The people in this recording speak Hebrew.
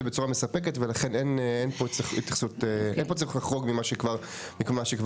בצורה מספקת ולכן אין פה צורך לחרוג ממה שכבר הוחלט.